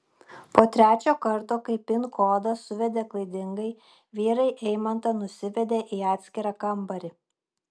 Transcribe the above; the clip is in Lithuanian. po trečio karto kai pin kodą suvedė klaidingai vyrai eimantą nusivedė į atskirą kambarį